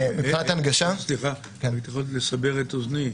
אתה יכול לסבר את אוזני?